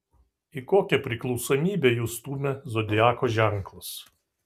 į kokią priklausomybę jus stumia zodiako ženklas